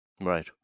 Right